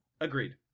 Agreed